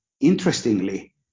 interestingly